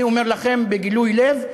אני אומר לכם בגילוי לב,